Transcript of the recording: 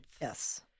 Yes